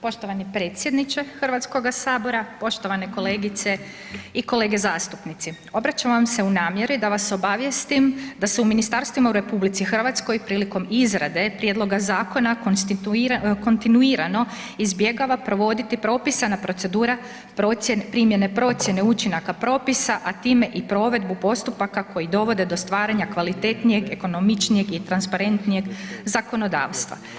Poštovani predsjedniče Hrvatskog sabora, poštovane kolegice i kolege zastupnici obraćam vam se u namjeri da vas obavijestim da se u ministarstvima u RH prilikom izrade prijedloga zakona konstituira, kontinuirano izbjegava provoditi propisana procedura primjene procjene učinaka propisa, a time i provedbu postupaka koji dovode do stvaranja kvalitetnijeg, ekonomičnijeg i transparentnijeg zakonodavstva.